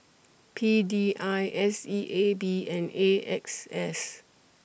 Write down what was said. P D I S E A B and A X S